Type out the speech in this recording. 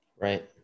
right